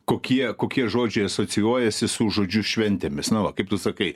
kokie kokie žodžiai asocijuojasi su žodžiu šventėmis na va kaip tu sakai